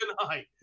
tonight